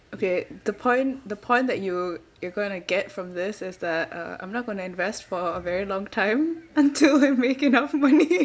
okay the point the point that you you're going to get from this as that uh I'm not going to invest for a very long time until I make enough money